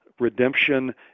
Redemption